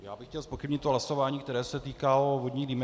Já bych chtěl zpochybnit to hlasování, které se týkalo vodních dýmek.